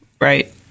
right